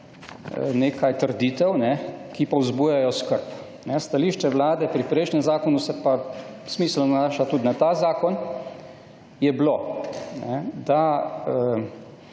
nekaj trditev, ki pa vzbujajo skrb. Stališče Vlada pri prejšnjem zakonu, se pa smiselno nanaša tudi na ta zakon, je bilo, da